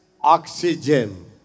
oxygen